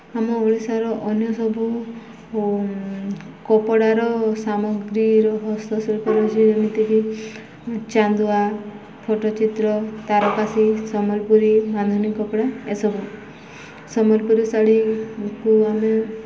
ଆମ ଓଡ଼ିଶାର ଅନ୍ୟ ସବୁ କପଡ଼ାର ସାମଗ୍ରୀର ହସ୍ତଶିଳ୍ପ ରହିଛି ଯେମିତିକି ଚାନ୍ଦୁଆ ପଟ୍ଟଚିତ୍ର ତାରକାସି ସମ୍ବଲପୁରୀ ରାନ୍ଧନୀ କପଡ଼ା ଏସବୁ ସମ୍ବଲପୁରୀ ଶାଢ଼ୀକୁ ଆମେ